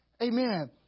Amen